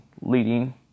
leading